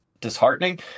disheartening